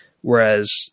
Whereas